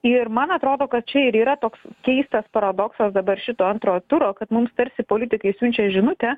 ir man atrodo kad čia ir yra toks keistas paradoksas dabar šito antrojo turo kad mums tarsi politikai siunčia žinutę